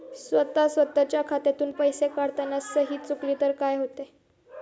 स्वतः स्वतःच्या खात्यातून पैसे काढताना सही चुकली तर काय होते?